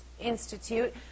Institute